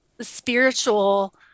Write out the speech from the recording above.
spiritual